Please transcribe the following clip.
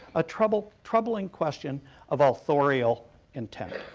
ah troubling troubling question of authorial intent.